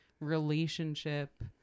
relationship